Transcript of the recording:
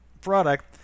product